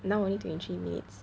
now only twenty three minutes